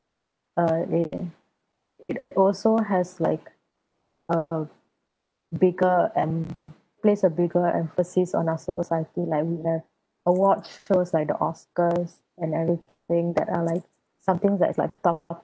it also has like a bigger and place a bigger emphasis on our society like watch shows like the oscars and everything that I like something that is like talked